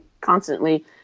constantly